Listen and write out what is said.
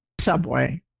subway